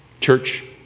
Church